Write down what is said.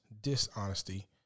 dishonesty